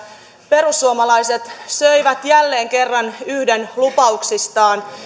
perussuomalaiset söivät jälleen kerran yhden lupauksistaan